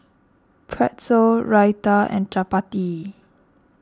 Pretzel Raita and Chapati